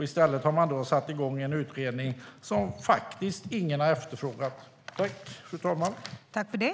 I stället har man satt igång en utredning som ingen faktiskt har efterfrågat.